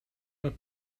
but